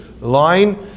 line